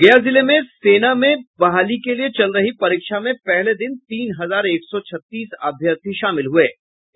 गया जिले में सेना में बहाली के लिए चल रही परीक्षा में पहले दिन तीन हजार एक सौ छत्तीस अभ्यर्थी शामिल हुये